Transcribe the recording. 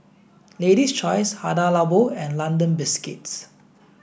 Lady's Choice Hada Labo and London Biscuits